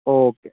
okay